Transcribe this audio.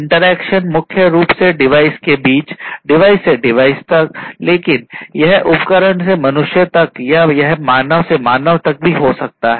interaction मुख्य रूप से डिवाइस के बीच डिवाइस से डिवाइस तक लेकिन यह उपकरण से मनुष्यों तक या यह मानव से मानव तक भी हो सकता है